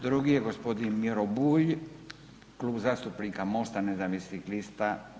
Drugi je gospodin Miro Bulj, Klub zastupnika MOST-a nezavisnih lista.